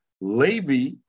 Levi